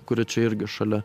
kuri čia irgi šalia